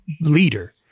leader